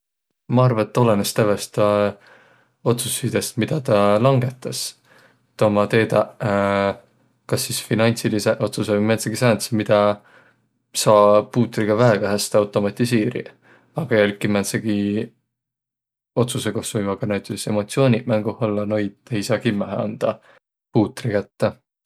Ma arva, et olõnõs tävveste otsussidõst, midä tä langõtas. Et ommaq teedäq kas sis finantsilidseq otsussõq vai määntsegiq sääntseq, midä saa puutriga väega häste automatisiiriq. Aga jälki määntsegiq otsusõq, kos võivaq ka nütüses emotsiooniq mänguh ollaq, noid ei saaq kimmähe andaq puutri kätte.